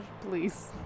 please